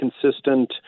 consistent